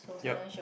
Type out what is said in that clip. yup